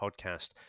podcast